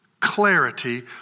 Clarity